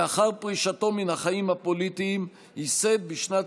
לאחר פרישתו מן החיים הפוליטיים הוא ייסד בשנת